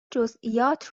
جزئیات